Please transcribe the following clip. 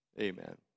Amen